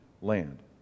land